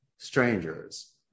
strangers